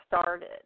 started